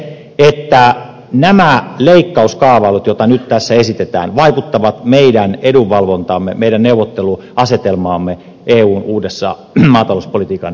mihin on unohtunut se että nämä leikkauskaavailut joita nyt tässä esitetään vaikuttavat meidän edunvalvontaamme meidän neuvotteluasetelmaamme eun uudessa maatalouspolitiikan uudistamisessa